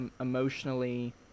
emotionally